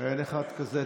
אין אחד כזה?